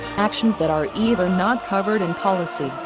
actions that are either not covered in policy,